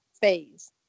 phase